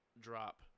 drop